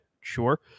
Sure